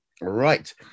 Right